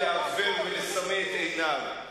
לעוור ולסמא את עיניו,